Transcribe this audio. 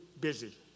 busy